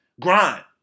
Grind